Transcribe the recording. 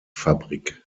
fabrik